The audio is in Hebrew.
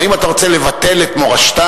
האם אתה רוצה לבטל את מורשתם?